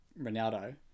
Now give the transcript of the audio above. Ronaldo